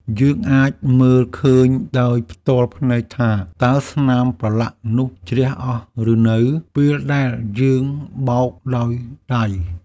យើងអាចមើលឃើញដោយផ្ទាល់ភ្នែកថា តើស្នាមប្រឡាក់នោះជ្រះអស់ឬនៅ ពេលដែលយើងបោកដោយដៃ។